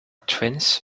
twins